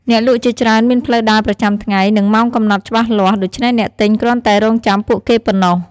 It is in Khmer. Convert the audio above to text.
អ្នកលក់ជាច្រើនមានផ្លូវដើរប្រចាំថ្ងៃ និងម៉ោងកំណត់ច្បាស់លាស់ ដូច្នេះអ្នកទិញគ្រាន់តែរង់ចាំពួកគេប៉ុណ្ណោះ។